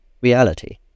reality